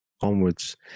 onwards